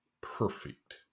perfect